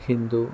Hindu